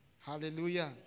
Hallelujah